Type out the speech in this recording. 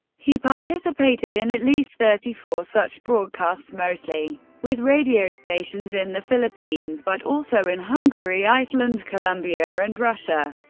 he participated in at least thirty four such broadcasts, mostly with radio stations in the philippines, but also in hungary, iceland, colombia, and russia.